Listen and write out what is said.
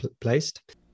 placed